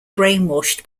brainwashed